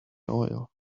oil